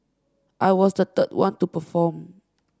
I was the third one to perform